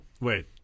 Wait